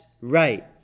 right